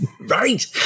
Right